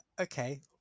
okay